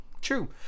True